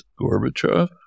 Gorbachev